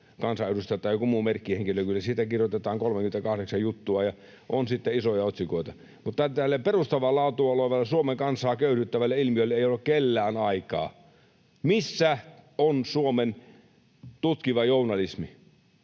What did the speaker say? kansanedustaja tai joku muu merkkihenkilö, siitä kirjoitetaan 38 juttua ja on sitten isoja otsikoita. Mutta tälle perustavaa laatua olevalle Suomen kansaa köyhdyttävälle ilmiölle ei ole kellään aikaa. Missä on Suomen tutkiva journalismi?